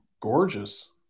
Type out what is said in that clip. Gorgeous